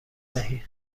دهیم